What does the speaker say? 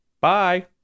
Bye